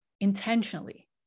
intentionally